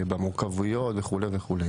במורכבויות וכולי וכולי.